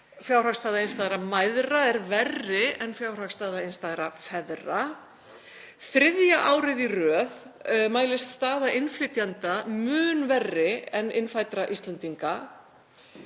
Fjárhagsstaða einstæðra mæðra er verri en fjárhagsstaða einstæðra feðra. Þriðja árið í röð mælist staða innflytjenda mun verri en innfæddra Íslendinga.